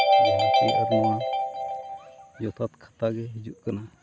ᱡᱟᱦᱟᱸ ᱛᱤᱱᱟᱹᱜ ᱦᱟᱹᱨᱤᱡ ᱜᱮ ᱡᱚᱛᱷᱟᱛ ᱠᱷᱟᱛᱟ ᱜᱮ ᱦᱤᱡᱩᱜ ᱠᱟᱱᱟ